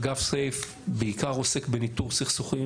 אגף סיף בעיקר עוסק בניטור סכסוכים